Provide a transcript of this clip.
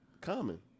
Common